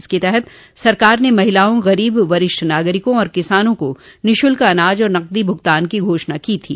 इसके तहत सरकार ने महिलाओं गरीब वरिष्ठ नागरिकों और किसानों को निःशुल्क अनाज और नकदी के भूगतान की घोषणा की थी